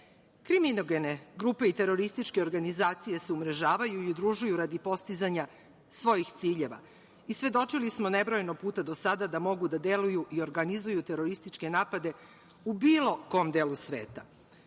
interesa. Kriminogene grupe i kriminalističke grupe se umrežavaju i udružuju radi postizanja svojih ciljeva. Svedočili smo nebrojeno puta do sada da mogu da deluju i organizuju terorističke napade u bilo kom delu sveta.